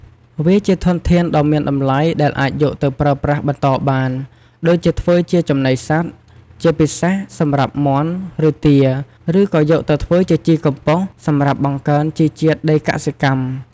វាជាធនធានដ៏មានតម្លៃដែលអាចយកទៅប្រើប្រាស់បន្តបាន ដូចជាធ្វើជាចំណីសត្វ ជាពិសេសសម្រាប់មាន់ ឬទា ឬក៏យកទៅធ្វើជាជីកំប៉ុស្តសម្រាប់បង្កើនជីជាតិដីកសិកម្ម។